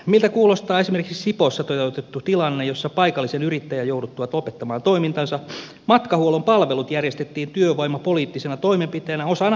miltä kuulostaa esimerkiksi sipoossa toteutettu tilanne jossa paikallisen yrittäjän jouduttua lopettamaan toimintansa matkahuollon palvelut järjestettiin työvoimapoliittisena toimenpiteenä osana kuntouttavaa työtoimintaa